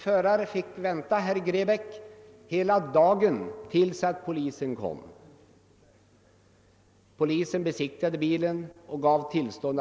Föraren fick vänta hela dagen, herr Grebäck, tills polisen kom. Polisen besiktigade bilen och gav körtillstånd.